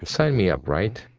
sign me up, right?